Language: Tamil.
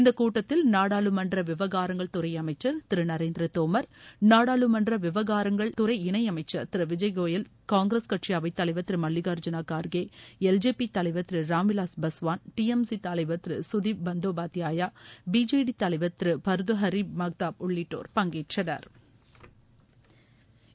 இந்த கூட்டத்தில் நாடாளுமன்ற விவகாரங்கள் துறை அமைச்சள் திரு நரேந்திர தோமா் இந்த துறை இணையமைச்சள் திரு விஜய் கோயல் காங்கிரஸ் கட்சி அவைத் தலைவர் Thiru Mallikarjuna Kharge L J P தலைவர் Thiru Ramvilas Paswan T M C தலைவர் திரு கதீப் பந்தோபாத்தியாயா பிஜேடி தலைவர் திரு பா்துருஹரி மஹ்தாப் உள்ளிட்டோா் பங்கேற்றனா்